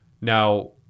Now